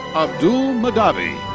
abdul mahdhavi.